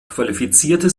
qualifizierte